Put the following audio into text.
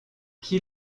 qui